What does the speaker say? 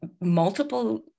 multiple